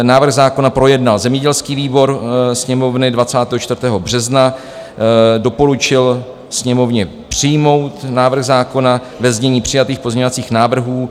Návrh zákona projednal zemědělský výbor Sněmovny 24. března, doporučil Sněmovně přijmout návrh zákona ve znění přijatých pozměňovacích návrhů.